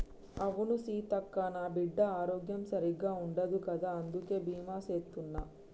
అవును సీతక్క, నా బిడ్డ ఆరోగ్యం సరిగ్గా ఉండదు కదా అందుకే బీమా సేత్తున్న